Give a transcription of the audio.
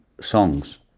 Songs